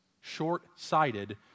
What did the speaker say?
Short-sighted